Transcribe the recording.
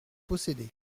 posséder